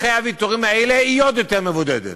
אחרי הוויתורים האלה היא עוד יותר מבודדת.